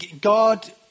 God